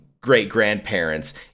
great-grandparents